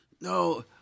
no